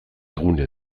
gune